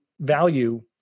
value